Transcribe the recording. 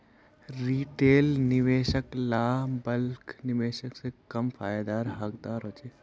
retail निवेशक ला bulk निवेशक से कम फायेदार हकदार होछे